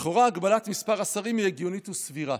לכאורה, הגבלת מספר השרים היא הגיונית וסבירה.